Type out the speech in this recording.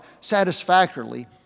satisfactorily